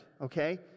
okay